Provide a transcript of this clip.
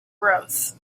growth